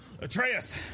Atreus